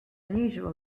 unusual